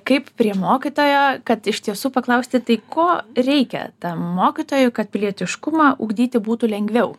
kaip prie mokytojo kad iš tiesų paklausti tai ko reikia tam mokytojui kad pilietiškumą ugdyti būtų lengviau